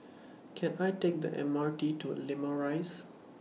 Can I Take The M R T to Limau Rise